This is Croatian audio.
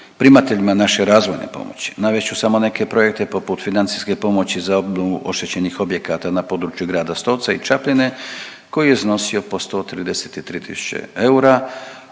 primateljima naše razvojne pomoći. Navest ću samo neke projekte poput financijske pomoći za obnovu oštećenih objekata na području grada Stolca i Čapljine koji je iznosio po 133